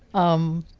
um,